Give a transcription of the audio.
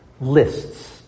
lists